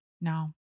No